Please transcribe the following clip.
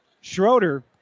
Schroeder